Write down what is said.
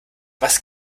was